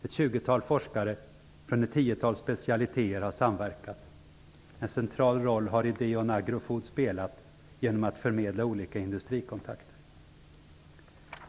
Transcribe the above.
Ett tjugotal forskare med ett tiotal specialiteter har samverkat. En central roll har Ideon Agro Food spelat genom att förmedla olika industrikontakter.